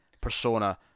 persona